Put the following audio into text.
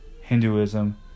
Hinduism